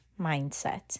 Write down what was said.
Mindset